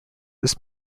this